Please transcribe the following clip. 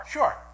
Sure